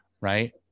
right